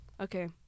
Okay